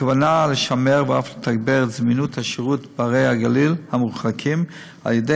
הכוונה לשמר ואף לתגבר את זמינות השירות בערי הגליל המרוחקות על-ידי